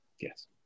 Yes